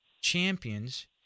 champions